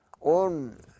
on